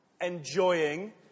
enjoying